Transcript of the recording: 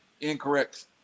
incorrect